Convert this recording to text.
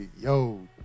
yo